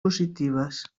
positives